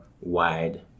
wide